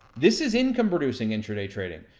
this is income producing intraday trading.